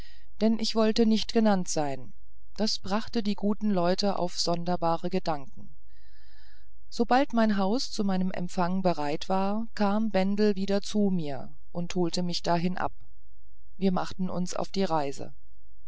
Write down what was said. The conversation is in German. denn ich wollte nicht genannt sein das brachte die guten leute auf sonderbare gedanken sobald mein haus zu meinem empfang bereit war kam bendel wieder zu mir und holte mich dahin ab wir machten uns auf die reise